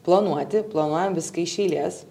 planuoti planuojam viską iš eilės